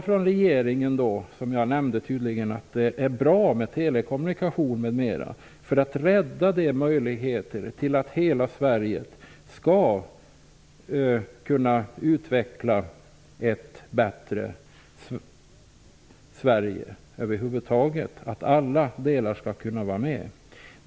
Från regeringens sida talar man, som jag nämnde, ofta om att det är bra med bl.a. telekommunikation för att alla delar av Sverige skall kunna utvecklas och vi skall få ett bättre Sverige.